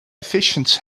efficient